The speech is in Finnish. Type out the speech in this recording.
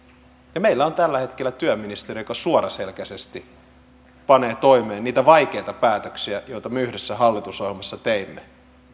ja meillä on tällä hetkellä työministeri joka suoraselkäisesti panee toimeen niitä vaikeita päätöksiä joita me yhdessä hallitusohjelmassa teimme